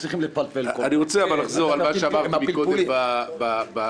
אני רוצה לחזור על מה שאמרתי קודם בהערה.